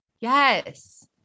Yes